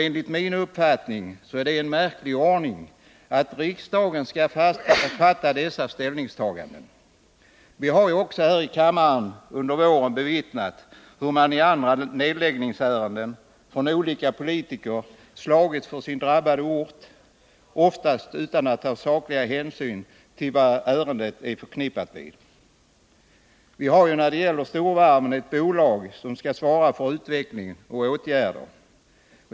Enligt min uppfattning är det en märklig ordning att riksdagen skall göra dessa ställningstaganden. Vi har också här i kammaren under våren bevittnat hur man i andra nedläggningsärenden från olika politiker slagits för sin drabbade ort, oftast utan att ta de sakliga hänsyn som varje ärende är förknippat med. Vi har ju när det gäller storvarven ett bolag som skall svara för utveckling och åtgärder.